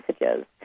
messages